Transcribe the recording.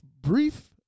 brief